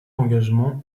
engagement